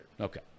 Okay